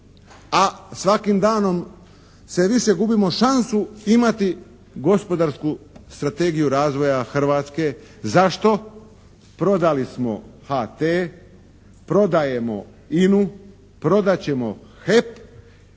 A svakim danom sve više gubimo šansu imati gospodarsku strategiju razvoja Hrvatske. Zašto? Prodali smo HT, prodajemo INA-u, prodat ćemo HEP.